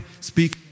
speak